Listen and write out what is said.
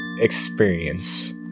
experience